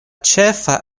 ĉefa